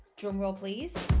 drum roll please.